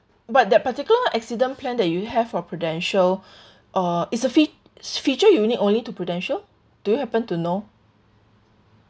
but that particular accident plan that you have for Prudential uh it's a feat~ feature unique only to Prudential do you happen to know